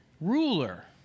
ruler